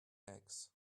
eggs